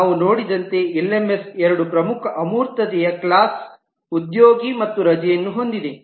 ನಾವು ನೋಡಿದಂತೆ ಎಲ್ಎಂಎಸ್ ಎರಡು ಪ್ರಮುಖ ಅಮೂರ್ತತೆಯ ಕ್ಲಾಸ್ ಉದ್ಯೋಗಿ ಮತ್ತು ರಜೆಯನ್ನು ಹೊಂದಿದೆ